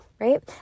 right